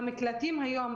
המקלטים היום,